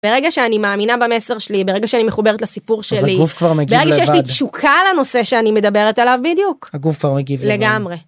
ברגע שאני מאמינה במסר שלי, ברגע שאני מחוברת לסיפור שלי, אז הגוף כבר מגיב לבד. ברגע שיש לי תשוקה לנושא שאני מדברת עליו בדיוק. הגוף כבר מגיב לבד. בדיוק. הגוף כבר מגיב לבד. לגמרי.